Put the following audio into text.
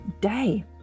day